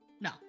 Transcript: No